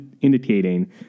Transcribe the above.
indicating